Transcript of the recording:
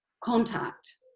contact